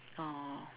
oh